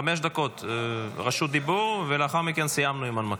חמש דקות רשות דיבור, ולאחר מכן סיימנו עם ההנמקה.